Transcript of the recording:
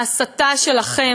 ההסתה שלכם,